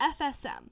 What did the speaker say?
FSM